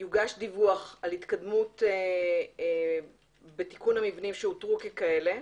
יוגש דיווח על התקדמות בתיקון המבנים שאותרו ככאלה,